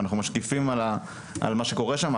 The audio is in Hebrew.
ואנחנו משקיפים על מה שקורה שמה.